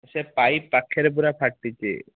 ସେ ପାଇପ୍ ପାଖରେ ପୁରା ଫାଟିଛି